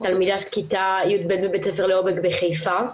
תלמידת כיתה י"ב בבית ספר ליאו בק בחיפה.